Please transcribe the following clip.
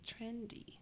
trendy